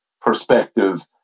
perspective